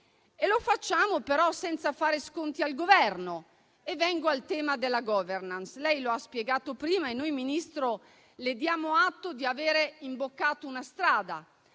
Lo facciamo, però, senza fare sconti al Governo, Vengo, quindi, al tema della *governance*. Lei lo ha spiegato prima e noi, signor Ministro, le diamo atto di avere imboccato una strada.